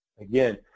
Again